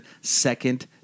Second